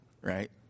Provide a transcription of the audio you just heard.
right